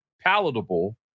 palatable